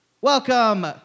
Welcome